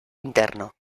interno